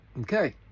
Okay